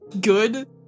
good